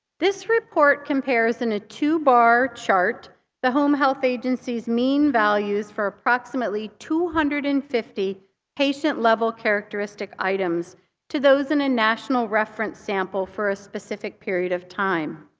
this report compares in a two-bar chart the home health agency's mean values for approximately two hundred and fifty patient-level characteristic items to those in a national reference sample for a specific period of time.